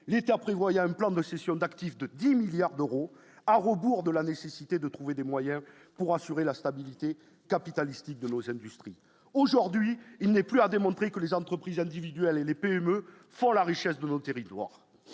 l'État prévoyait un plan de cession d'actifs de 10 milliards d'euros à vos bourdes la nécessité de trouver des moyens pour assurer la stabilité capitalistique de nos industries, aujourd'hui il n'est plus à démontrer que les entreprises individuels et les PME font la richesse de nos territoires